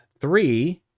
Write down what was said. Three